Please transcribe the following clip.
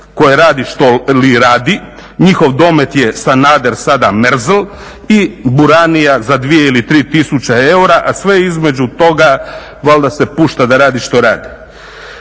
koje radi što li radi, njihov domet je Sanader sada Merzel, i buranija za 2 ili 3 tisuće eura, a sve između toga valjda se pušta da radi što radi.